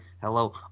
Hello